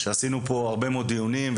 כשעשינו הרבה מאוד דיונים,